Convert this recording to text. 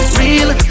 real